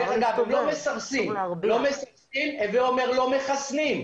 אגב, לא מסרסים ולא מחסנים.